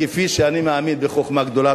כפי שאני מאמין, בחוכמה גדולה.